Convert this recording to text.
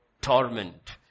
torment